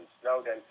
Snowden